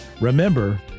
remember